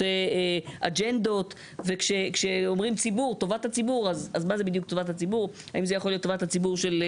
‬‬‬‬‬‬‬‬‬‬‬‬‬‬‬‬‬‬‬‬ מי בעד הסתייגות מספר 3 של